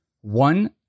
One